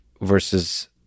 versus